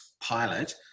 pilot